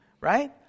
right